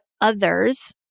others